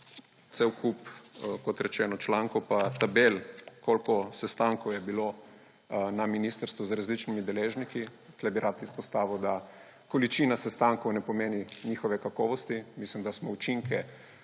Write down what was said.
cel kup, kot rečeno, člankov pa tabel, koliko sestankov je bilo na ministrstvu z različnimi deležniki. Tukaj bi rad izpostavil, da količina sestankov ne pomeni njihove kakovosti. Mislim, da smo učinke